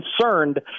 concerned